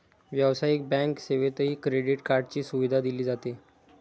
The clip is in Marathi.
व्यावसायिक बँक सेवेतही क्रेडिट कार्डची सुविधा दिली जाते